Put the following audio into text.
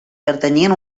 pertanyien